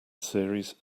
series